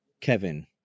Kevin